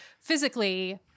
physically